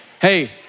Hey